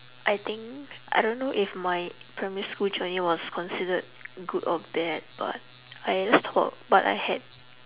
I think I don't know if my primary school journey was considered good or bad but I had this thought but I had